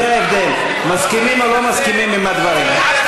זה ההבדל, מסכימים או לא מסכימים עם הדברים.